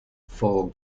for